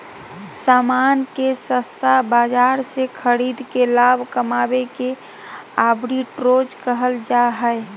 सामान के सस्ता बाजार से खरीद के लाभ कमावे के आर्बिट्राज कहल जा हय